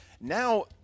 now